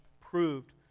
proved